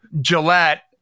Gillette